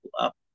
up